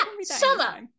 Summer